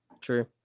True